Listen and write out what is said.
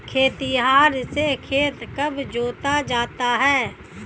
खेतिहर से खेत कब जोता जाता है?